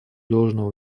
должного